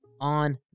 on